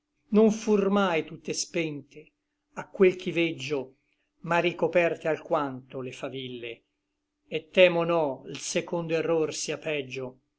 non fur mai tutte spente a quel ch'i veggio ma ricoperte alquanto le faville et temo no l secondo error sia peggio